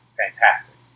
fantastic